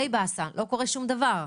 לא קורה שום דבר.